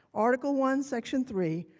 article one, section three.